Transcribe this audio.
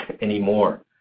anymore